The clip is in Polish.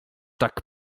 tak